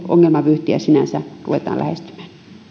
ongelmavyyhtiä ruvetaan lähestymään